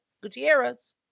Gutierrez